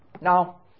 Now